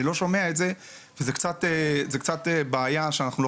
אני כלל לא שומע את זה וזה קצת בעיה שאנחנו לא